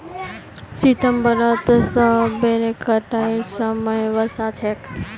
सितंबरत सेबेर कटाईर समय वसा छेक